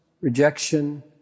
rejection